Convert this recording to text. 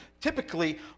Typically